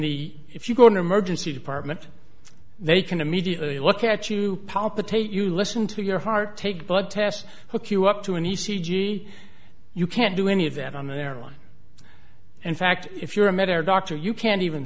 the if you go in emergency department they can immediately look at you palpitate you listen to your heart take blood tests look you up to an e c g you can't do any of that on an airline in fact if you're a medical doctor you can't even